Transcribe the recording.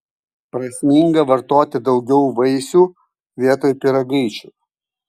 prasminga vartoti daugiau vaisių vietoj pyragaičių